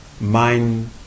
mind